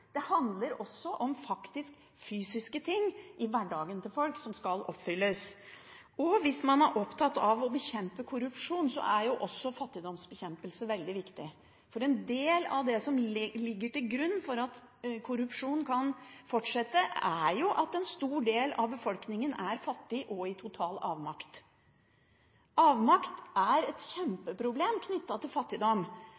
det handler om fysiske ting som skal oppfylles i hverdagen til folk. Hvis man er opptatt av å bekjempe korrupsjon, er fattigdomsbekjempelse veldig viktig. En del av det som ligger til grunn for at korrupsjonen kan fortsette, er jo at en stor del av befolkningen er fattig og i total avmakt. Avmakt er et